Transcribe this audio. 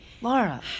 Laura